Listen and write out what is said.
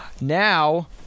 Now